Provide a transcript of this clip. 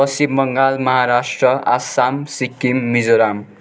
Paschim Bangal Maharashtra Assam Sikkim Mizoram